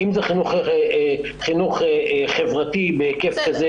אם זה חינוך חברתי בהיקף כזה